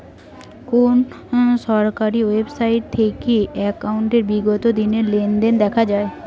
কোন সরকারি ওয়েবসাইট থেকে একাউন্টের বিগত দিনের লেনদেন দেখা যায়?